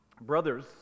Brothers